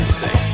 say